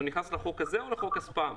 הוא נכנס לחוק הזה או לחוק הספאם?